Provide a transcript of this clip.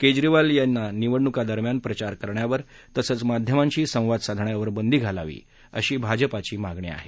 केजरीवाल यांना निवडणुकांदरम्यान प्रचार करण्यावर तसंच माध्यमांशी संवाद करण्यावर बंदी घालावी अशी भाजपाची मागणी आहे